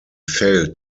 failed